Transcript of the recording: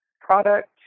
product